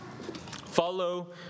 Follow